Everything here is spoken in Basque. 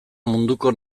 munduko